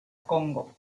congo